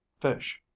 fish